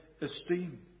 esteem